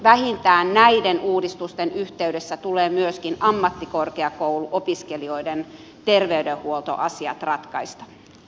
vähintään näiden uudistusten yhteydessä tulee myöskin ammattikorkeakouluopiskelijoiden terveydenhuoltoasiat ratkaista